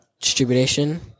distribution